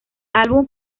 álbum